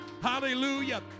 Hallelujah